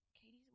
Katie's